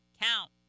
count